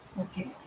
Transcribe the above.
Okay